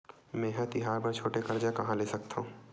मेंहा तिहार बर छोटे कर्जा कहाँ ले सकथव?